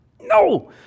No